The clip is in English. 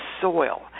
soil